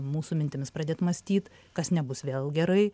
mūsų mintimis pradėt mąstyti kas nebus vėl gerai